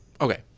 Okay